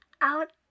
out